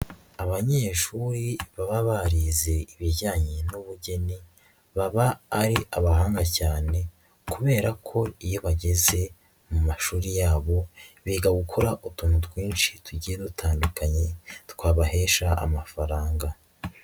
Abanyeshuri baba barize ibijyanye n'ubugeni baba ari abahanga cyane kubera ko iyo bageze mu mashuri yabo biga gukora utuntu twinshi tugiye dutandukanye twabahesha amafaranga.